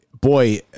boy